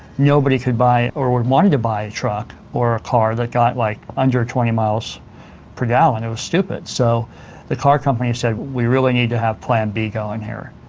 nobody could buy or even wanted to buy a truck or a car that got like under twenty miles per gallon, it was stupid. so the car companies said we really need to have plan b going here,